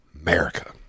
America